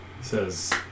says